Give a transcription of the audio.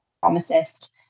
pharmacist